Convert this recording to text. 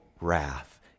wrath